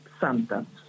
sentence